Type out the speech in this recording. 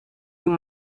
you